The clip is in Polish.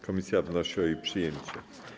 Komisja wnosi o jej przyjęcie.